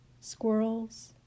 squirrels